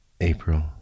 April